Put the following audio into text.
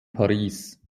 paris